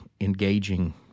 engaging